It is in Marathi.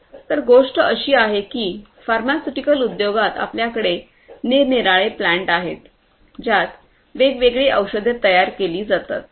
तर गोष्ट अशी आहे की फार्मास्युटिकल उद्योगात आपल्याकडे निरनिराळे प्लांट आहेत ज्यात वेगवेगळी औषधे तयार केली जातात